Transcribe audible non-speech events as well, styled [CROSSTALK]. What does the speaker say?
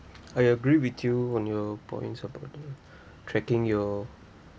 I agree with you on your point about the [BREATH] tracking your